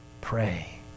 Pray